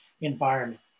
environment